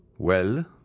Well